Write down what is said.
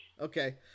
Okay